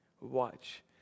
Watch